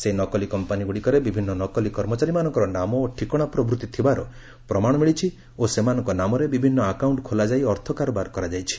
ସେହି ନକଲି କମ୍ପାନିଗୁଡ଼ିକରେ ବିଭିନ୍ନ ନକଲି କର୍ମଚାରୀମାନଙ୍କର ନାମ ଓ ଠିକଣା ପ୍ରଭୂତି ଥିବାର ପ୍ରମାଣ ମିଳିଛି ଓ ସେମାନଙ୍କ ନାମରେ ବିଭିନ୍ନ ବ୍ୟାଙ୍କ ଆକାଉଣ୍ଟ ଖୋଲାଯାଇ ଅର୍ଥ କାରବାର କରାଯାଇଛି